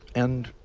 and